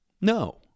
No